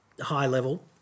high-level